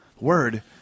word